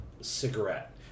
cigarette